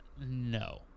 No